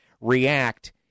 react